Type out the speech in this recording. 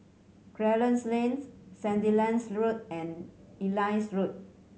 Clarence Lanes Sandilands Road and Ellis Road